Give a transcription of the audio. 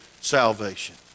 salvation